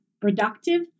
productive